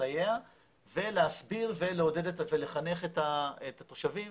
לסייע ולהסביר ולחנך את התושבים